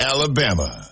Alabama